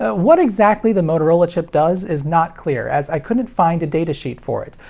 ah what exactly the motorola chip does is not clear, as i couldn't find a datasheet for it,